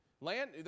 Land